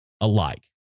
alike